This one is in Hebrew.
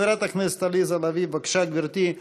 חברת הכנסת עליזה לביא, בבקשה, גברתי.